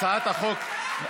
הצעת החוק,